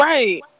Right